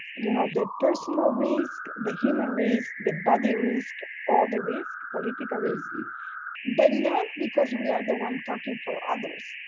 you know, the personal risk, the human risk, the body risk, all the risk, political risk. but not because we are the one talking for others.